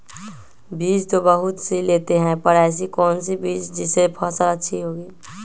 बीज तो बहुत सी लेते हैं पर ऐसी कौन सी बिज जिससे फसल अच्छी होगी?